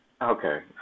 okay